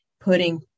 putting